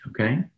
okay